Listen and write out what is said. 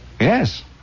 Yes